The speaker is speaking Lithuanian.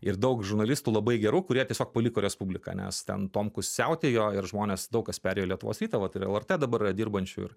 ir daug žurnalistų labai gerų kurie tiesiog paliko respubliką nes ten tomkus siautėjo ir žmonės daug kas perėjo į lietuvos rytą vat ir lrt dabar yra dirbančiųjų ir